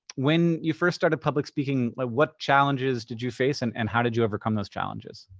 when you first started public speaking, like what challenges did you face and and how did you overcome those challenges?